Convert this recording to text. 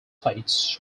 plates